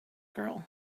girl